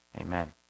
Amen